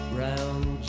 round